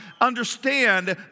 understand